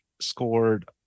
scored